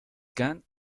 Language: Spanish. kan